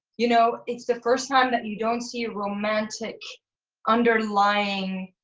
you know it's the first time that you don't see a romantic underlying